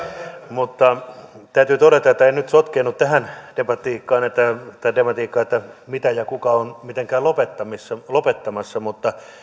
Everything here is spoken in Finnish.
mutta täytyy todeta että en nyt sotkeennu tähän tematiikkaan että mitä ja kuka on mitenkään lopettamassa lopettamassa mutta